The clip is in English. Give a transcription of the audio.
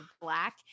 black